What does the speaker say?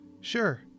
Sure